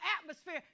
atmosphere